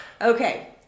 Okay